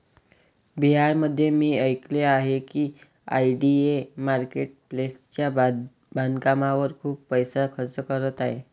बिहारमध्ये मी ऐकले आहे की आय.डी.ए मार्केट प्लेसच्या बांधकामावर खूप पैसा खर्च करत आहे